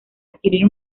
adquirir